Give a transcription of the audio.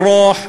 ברוח,